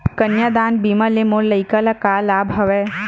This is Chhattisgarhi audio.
कन्यादान बीमा ले मोर लइका ल का लाभ हवय?